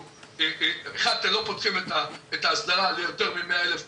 דבר ראשון לא פותחים לנו את ההסדרה ליותר מ-100,000,